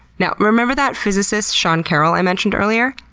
now, remember that physicist, sean carroll, i mentioned earlier?